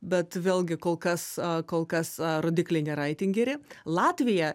bet vėlgi kol kas kol kas rodikliai nėra itin geri latvija